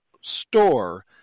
store